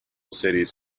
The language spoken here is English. cities